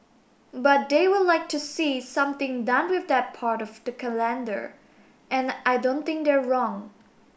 but they would like to see something done with that part of the calendar and I don't think they're wrong